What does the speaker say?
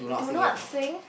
do not sing